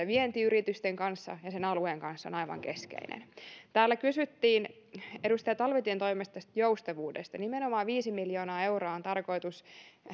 vientiyritysten kanssa ja kyseisen alueen kanssa on aivan keskeinen täällä kysyttiin edustaja talvitien toimesta tästä joustavuudesta nimenomaan viisi miljoonaa euroa on tarkoitus